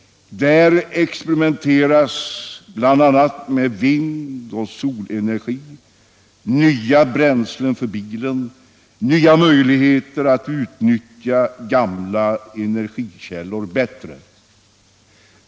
Där experimenteras bl.a. med vindoch solenergi, nya bränslen för bilen och nya möjligheter att utnyttja gamla energikällor bättre.